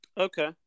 Okay